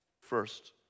First